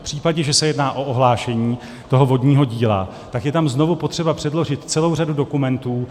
V případě, že se jedná o ohlášení vodního díla, tak je tam znovu potřeba předložit celou řadu dokumentů.